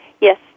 Yes